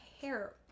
hair